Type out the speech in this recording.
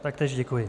Taktéž děkuji.